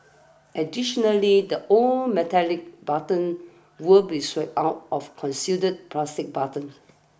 additionally the old metallic buttons will be swapped out of concealed plastic buttons